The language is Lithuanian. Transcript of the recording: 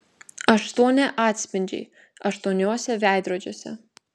aštuoni atspindžiai aštuoniuose veidrodžiuose